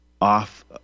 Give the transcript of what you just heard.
off